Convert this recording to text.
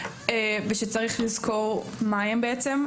ושצריך לזכור מה הם בעצם,